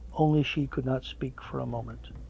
only she could not speak for a moment.